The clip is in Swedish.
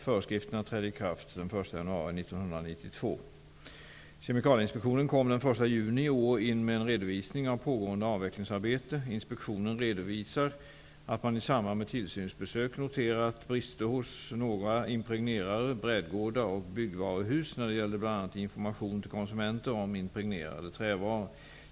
Föreskrifterna trädde i kraft den 1 Kemikalieinspektionen kom den 1 juni i år in med en redovisning av pågående avvecklingsarbete. Inspektionen redovisar att man i samband med tillsynsbesök noterat brister hos några impregnerare, brädgårdar och byggvaruhus när det gällde bl.a. information till konsumenter om impregnerade trävaror.